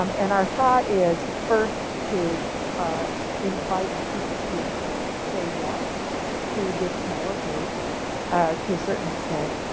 um and our thought is first to invite people to say yes to this smaller group to a certain extent.